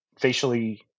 facially